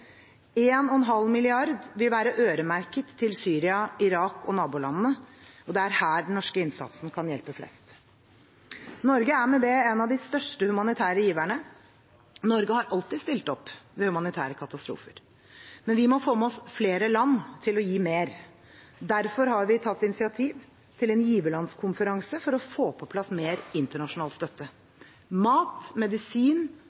vil være øremerket til Syria, Irak og nabolandene. Det er her den norske innsatsen kan hjelpe flest. Norge er med det en av de største humanitære giverne. Norge har alltid stilt opp ved humanitære katastrofer. Men vi må få med oss flere land til å gi mer. Derfor har vi tatt initiativ til en giverlandskonferanse for å få på plass mer internasjonal støtte. Mat, medisin,